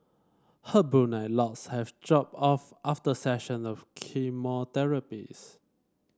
her brunette locks have dropped off after session of chemotherapies